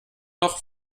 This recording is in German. noch